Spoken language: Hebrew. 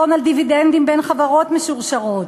הון על דיבידנדים בין חברות משורשרות?